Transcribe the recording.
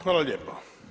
Hvala lijepa.